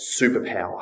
superpower